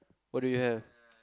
what do you have